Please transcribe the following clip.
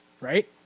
right